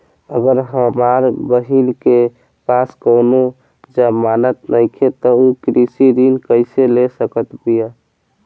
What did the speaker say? अगर हमार बहिन के पास कउनों जमानत नइखें त उ कृषि ऋण कइसे ले सकत बिया?